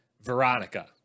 Veronica